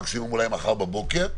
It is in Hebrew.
מקסימום אולי מחר בבוקר.